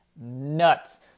nuts